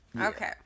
okay